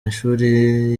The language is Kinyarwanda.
ishuli